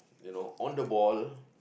you know on the ball